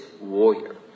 warrior